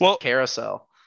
carousel